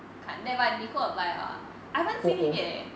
card nevermind nicole apply liao ah I haven't seen him yet leh